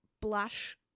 blush